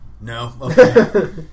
No